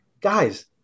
guys